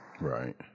Right